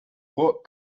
what